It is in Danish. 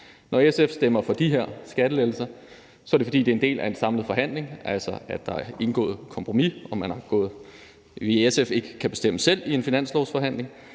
Når SF stemmer for de her skattelettelser, er det, fordi det er en del af en samlet forhandling, altså at der er indgået et kompromis, og fordi vi i SF ikke kan bestemme selv i en finanslovsforhandling,